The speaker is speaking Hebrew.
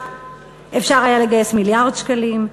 אפשר היה לגייס מיליארד שקלים.